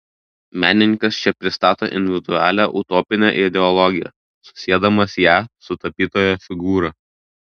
menininkas čia pristato individualią utopinę ideologiją susiedamas ją su tapytojo figūra